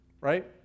right